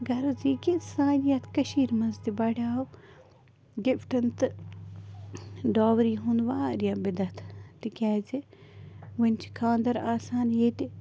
غرض یہِ کہِ سانہِ یَتھ کٔشیٖز منٛز تہِ بَڑیٚو کِفٹن تہٕ ڈاوری ہُند وارِیاہ بِدتھ تِکیٛازِ وۄنۍ چھِ خانٛدر آسان ییٚتہِ